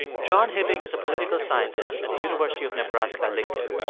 john hibbing is a political scientist at the university of nebraska-lincoln.